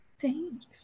Thanks